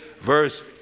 verse